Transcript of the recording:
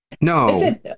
No